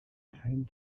kein